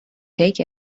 take